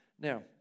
Now